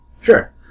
Sure